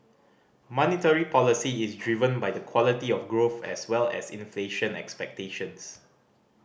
monetary policy is driven by the quality of growth as well as inflation expectations